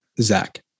Zach